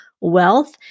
wealth